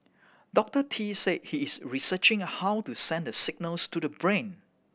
Doctor Tee said he is researching how to send the signals to the brain